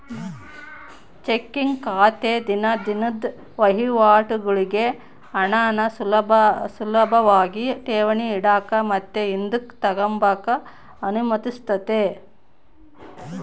checking ಖಾತೆ ದಿನ ದಿನುದ್ ವಹಿವಾಟುಗುಳ್ಗೆ ಹಣಾನ ಸುಲುಭಾಗಿ ಠೇವಣಿ ಇಡಾಕ ಮತ್ತೆ ಹಿಂದುಕ್ ತಗಂಬಕ ಅನುಮತಿಸ್ತತೆ